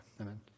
Amen